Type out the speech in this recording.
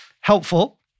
helpful